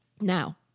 Now